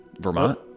Vermont